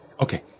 Okay